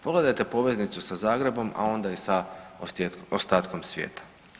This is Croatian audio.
Pogledajte poveznicu sa Zagrebom, a onda i sa ostatkom svijeta.